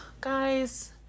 guys